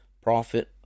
profit